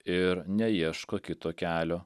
ir neieško kito kelio